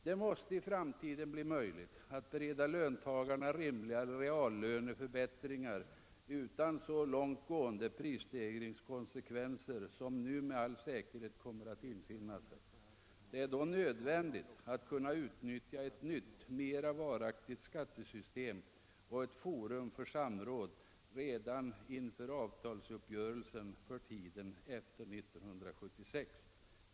Det måste i framtiden bli möjligt att bereda löntagarna rimliga reallöneförbättringar utan så långt gående prisstegringskonsekvenser som nu med all säkerhet kommer att infinna sig. Det är då nödvändigt att kunna utnyttja ett nytt, mera varaktigt skattesystem och ett forum för samråd redan inför avtalsuppgörelsen för tiden efter 1976.